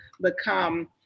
become